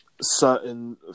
certain